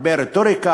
הרבה רטוריקה,